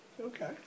Okay